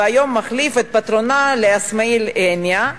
והיום מחליף את פטרונו לאסמאעיל הנייה,